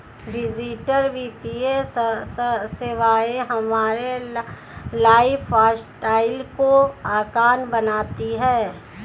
digital वित्तीय सेवाएं हमारे लाइफस्टाइल को आसान बनाती हैं